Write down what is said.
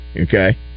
Okay